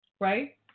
Right